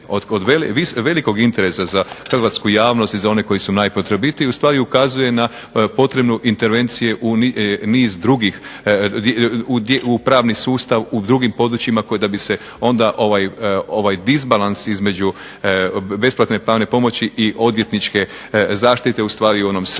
od velikog interesa za hrvatsku javnost i za one koji su najpotrebitiji ustvari ukazuje na potrebu intervencije u niz drugih, pravni sustav u drugim područjima da bi se onda ovaj disbalans između besplatne pravne pomoći i odvjetničke zaštite ostvario u onom srednjem